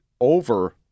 over